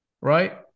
right